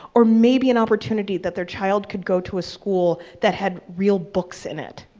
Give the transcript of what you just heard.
or maybe an opportunity that their child could go to a school that had real books in it,